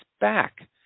back